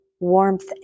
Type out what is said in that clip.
warmth